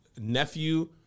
nephew